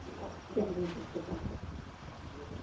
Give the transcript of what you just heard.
যেমন করতে পারেন